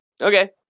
okay